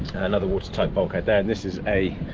another watertight bulkhead there, and this is a